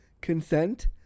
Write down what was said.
Consent